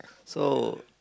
so